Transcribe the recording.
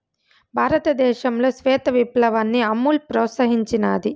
భారతదేశంలో శ్వేత విప్లవాన్ని అమూల్ ప్రోత్సహించినాది